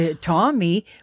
Tommy